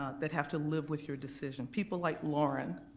ah that have to live with your decision, people like lauren,